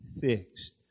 fixed